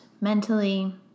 mentally